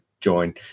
join